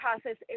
process